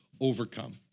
overcome